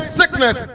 sickness